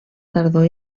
tardor